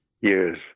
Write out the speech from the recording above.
years